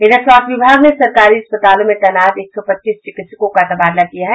इधर स्वास्थ्य विभाग ने सरकारी अस्पतालों में तैनात एक सौ पच्चीस चिकित्सकों का तबादला किया है